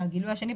והגילוי השני,